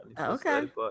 Okay